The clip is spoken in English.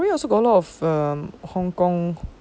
korea also got a lot of um hong kong